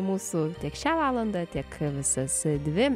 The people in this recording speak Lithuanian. mūsų tiek šią valandą tiek visas dvi